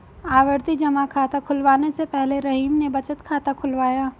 आवर्ती जमा खाता खुलवाने से पहले रहीम ने बचत खाता खुलवाया